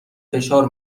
فشار